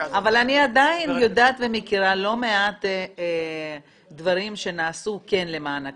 אבל אני עדיין יודעת ומכירה לא מעט דברים שנעשו כן למען הקשיש,